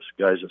guys